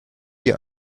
ihr